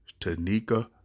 Tanika